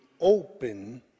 open